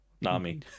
Nami